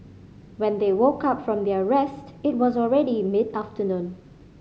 when they woke up from their rest it was already mid afternoon